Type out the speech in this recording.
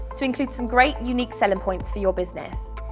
to include some great unique selling points for your business,